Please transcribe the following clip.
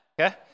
Okay